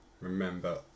remember